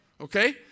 Okay